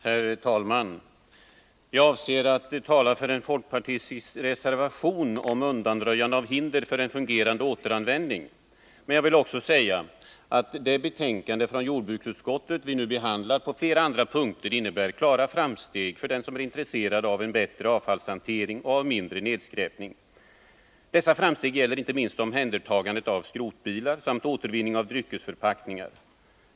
Herr talman! Jag avser att tala för en folkpartistisk reservation om undanröjande av hinder för en fungerande återanvändning, men jag vill också säga att det betänkande från jordbruksutskottet som vi nu behandlar på flera andra punkter innebär klara framsteg för den som är intresserad av bättre avfallshantering och mindre nedskräpning. Dessa framsteg gäller inte minst omhändertagandet av skrotbilar samt återvinning av dryckesförpackningar.